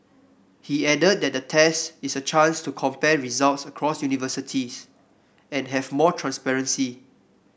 he added that the test is a chance to compare results across universities and have more transparency